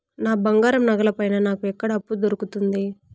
నా బంగారు నగల పైన నాకు ఎక్కడ అప్పు దొరుకుతుంది